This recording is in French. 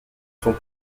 sont